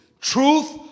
Truth